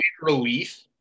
relief